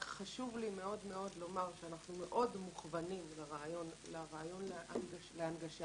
רק חשוב לי מאוד לומר שאנחנו מאוד מוכוונים לרעיון להנגשה